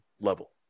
level